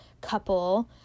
couple